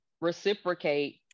reciprocate